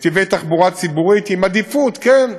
נתיבי תחבורה ציבורית, עם עדיפות, כן,